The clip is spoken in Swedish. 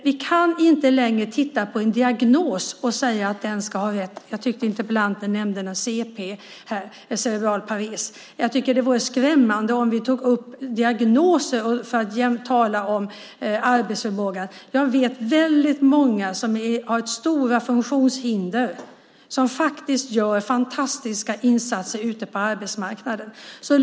Vi kan inte längre titta på en diagnos och säga vem som ska ha rätt till förtidspension. Jag tyckte att interpellanten nämnde cp, cerebral pares. Det vore skrämmande om vi tog upp diagnoser och jämt talade om arbetsförmågan. Jag vet väldigt många som har stora funktionshinder och som gör fantastiska arbetsinsatser ute på arbetsmarknaden.